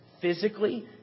physically